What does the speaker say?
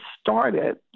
started